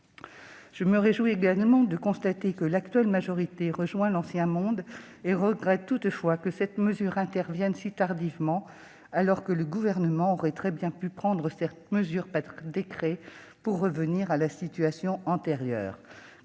Je me réjouis également de constater que l'actuelle majorité rejoint l'ancien monde, tout en regrettant que cette mesure intervienne si tardivement, alors que le Gouvernement aurait très bien pu la prendre par décret, pour revenir à la situation antérieure.